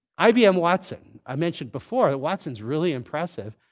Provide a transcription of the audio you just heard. ibm watson. i mentioned before that watson's really impressive.